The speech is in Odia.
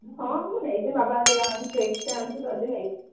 ହଁ ମୁଁ ନେଇଯିବି ବାବା ଯଦି ଆଣିଥିବେ ଏକ୍ସଟ୍ରା ଆଣିଥିବେ ଯଦି ନେଇଯିବି